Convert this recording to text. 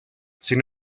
sin